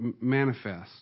manifest